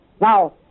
Now